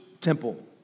temple